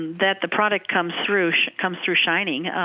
that the product comes through comes through shining,